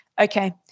okay